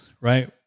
right